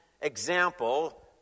example